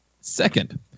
Second